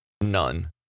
none